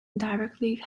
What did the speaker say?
directly